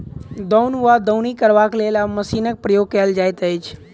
दौन वा दौनी करबाक लेल आब मशीनक प्रयोग कयल जाइत अछि